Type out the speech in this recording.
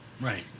Right